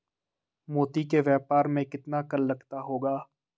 मोती के व्यापार में कितना कर लगता होगा?